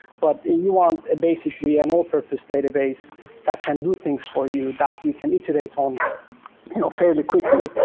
but you want basically an all-purpose database that can do things for you that you can iterate on you know fairly quickly.